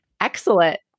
Excellent